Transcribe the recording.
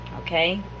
Okay